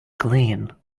clean